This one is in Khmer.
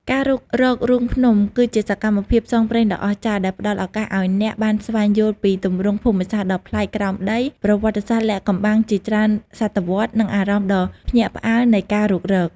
ការរុករករូងភ្នំគឺជាសកម្មភាពផ្សងព្រេងដ៏អស្ចារ្យដែលផ្ដល់ឱកាសឱ្យអ្នកបានស្វែងយល់ពីទម្រង់ភូមិសាស្ត្រដ៏ប្លែកក្រោមដី ប្រវត្តិសាស្ត្រលាក់កំបាំងជាច្រើនសតវត្សរ៍ និងអារម្មណ៍ដ៏ភ្ញាក់ផ្អើលនៃការរុករក។